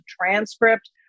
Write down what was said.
transcript